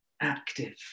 active